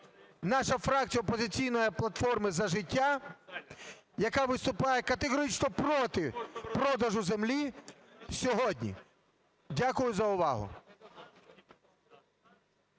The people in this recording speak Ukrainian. наша фракція "Опозиційна платформа - За життя", яка виступає категорично проти продажу землі сьогодні. Дякую за увагу.